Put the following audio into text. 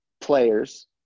players